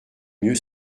mieux